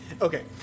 Okay